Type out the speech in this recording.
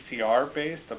PCR-based